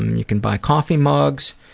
you can buy coffee mugs.